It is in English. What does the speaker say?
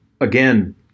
Again